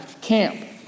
camp